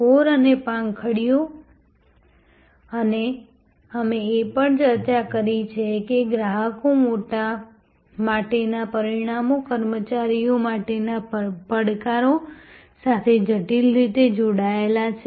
core અને પાંખડીઓ અને અમે એ પણ ચર્ચા કરી છે કે ગ્રાહકો માટેના પરિણામો કર્મચારીઓ માટેના પડકારો સાથે જટિલ રીતે જોડાયેલા છે